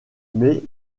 mais